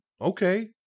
okay